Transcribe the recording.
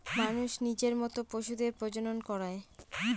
মানুষ নিজের মত পশুদের প্রজনন করায়